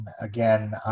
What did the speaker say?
again